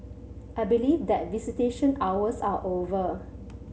I believe that visitation hours are over